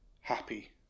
happy